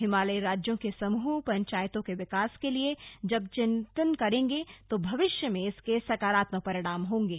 हिमालयी राज्यों के समूह पंचायतों के विकास के लिए जब चिन्तन करेंगे तो भविष्य में इसके सकारात्मक परिणाम होंगे